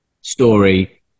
story